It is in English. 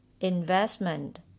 investment